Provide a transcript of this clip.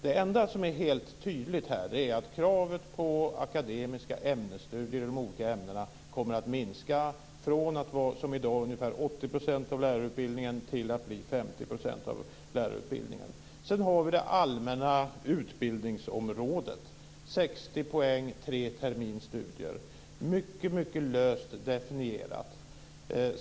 Det enda som är helt tydligt är att kravet på akademiska ämnesstudier i de olika ämnena kommer att minska från ca 80 % av lärarutbildningen till 50 % av lärarutbildningen. Sedan har vi frågan om det allmänna utbildningsområdet, dvs. 60 poäng på tre terminers studier. Det är mycket löst definierat.